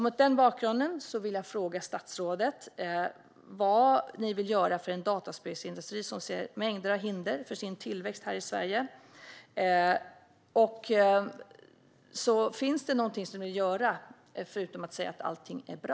Mot den bakgrunden vill jag fråga statsrådet vad ni vill göra för en dataspelsindustri som ser mängder av hinder för sin tillväxt här i Sverige. Finns det någonting som ni vill göra förutom att säga att allting är bra?